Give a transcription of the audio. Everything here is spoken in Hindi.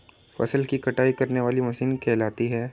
फसल की कटाई करने वाली मशीन कहलाती है?